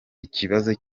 ikibazo